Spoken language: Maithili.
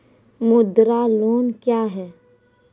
मुद्रा लोन क्या हैं?